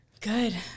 Good